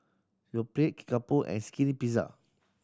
Yoplait Kickapoo and Skinny Pizza